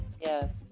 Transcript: Yes